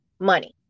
money